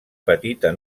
petita